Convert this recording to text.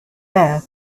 bare